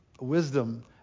wisdom